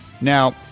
Now